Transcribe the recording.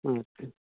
okay